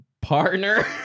Partner